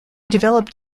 developed